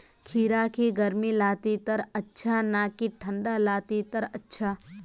खीरा की गर्मी लात्तिर अच्छा ना की ठंडा लात्तिर अच्छा?